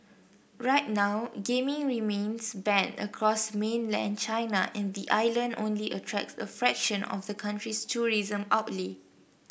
right now gaming remains banned across mainland China and the island only attracts a fraction of the country's tourism outlay